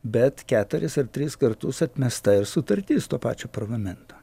bet keturis ar tris kartus atmesta ir sutartis to pačio parlamento